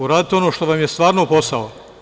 Uradite ono što vam je stvarno posao.